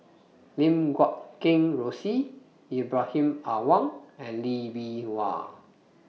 Lim Guat Kheng Rosie Ibrahim Awang and Lee Bee Wah